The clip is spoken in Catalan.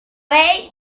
vell